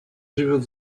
живет